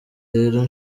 rero